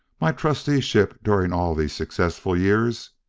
my trustee-ship during all these successful years